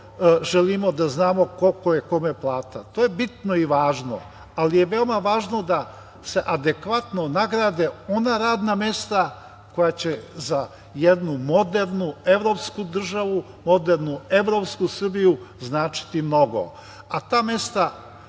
želimo da znamo kolika je kome plata. To je bitno i važno, ali je veoma važno da se adekvatno nagrade ona radna mesta koja će za jednu modernu, evropsku državu, modernu evropsku Srbiju značiti mnogo, a ta mesta